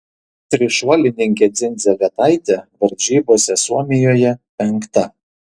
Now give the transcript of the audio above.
trišuolininkė dzindzaletaitė varžybose suomijoje penkta